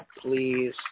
Please